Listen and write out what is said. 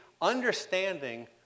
understanding